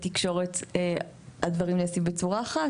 בתקשורת הדברים נעשים בצורה אחרת,